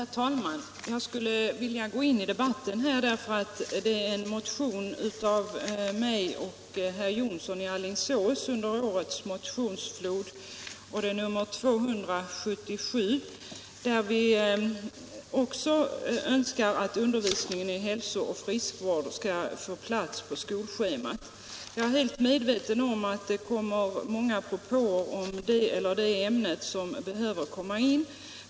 Herr talman! Jag skulle vilja gå in i denna debatt, eftersom herr Jonsson i Alingsås och jag under den allmänna motionstiden väckt motionen 277, där också vi framfört önskemålet att undervisning i hälsooch friskvård skall få plats på skolschemat. Jag är helt medveten om att det framförs många propåer om det eller det ämnet som behöver komma in.